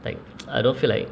like I don't feel like